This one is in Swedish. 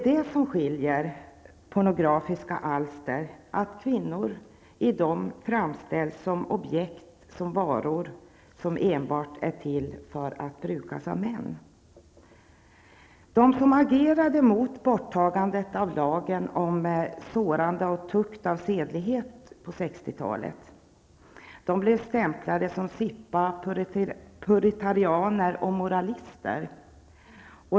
Där framställs kvinnor som objekt, varor, som enbart är till för att brukas av män. De som agerade mot borttagandet av lagen om sårande av tukt och sedlighet på 60-talet blev stämplade som sippa puritaner och moralister.